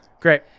Great